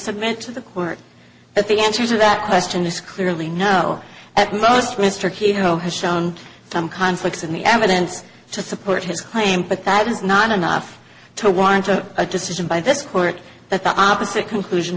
submit to the court that the answer to that question is clearly no at most mr keyhole has shown some conflicts in the evidence to support his claim but that is not enough to warrant a decision by this court that the opposite conclusion